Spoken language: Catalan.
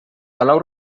palau